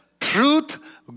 truth